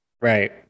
Right